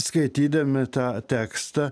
skaitydami tą tekstą